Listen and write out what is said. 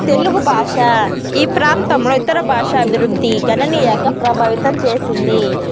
తెలుగు భాషా ఈ ప్రాంతంలో ఇతర భాషా అభివృద్ధి గణనీయంగా ప్రభావితం చేసింది